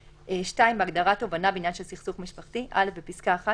(2) בהגדרה "תובענה בעניין של סכסוך משפחתי" (א) בפסקה (1),